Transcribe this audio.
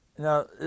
Now